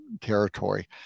territory